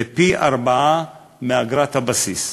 בשיעור פי-ארבעה מאגרת הבסיס.